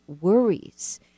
worries